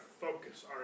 focus